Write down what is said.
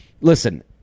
listen